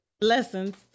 Lessons